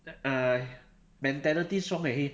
err uh mentality strong eh he